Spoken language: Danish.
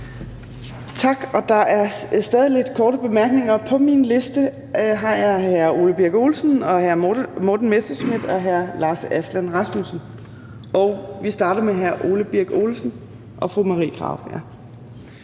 Tak. Der er stadig korte bemærkninger. På min liste står der hr. Ole Birk Olesen, hr. Morten Messerschmidt, hr. Lars Aslan Rasmussen og fru Marie Krarup. Vi starter med hr. Ole Birk Olesen. Kl.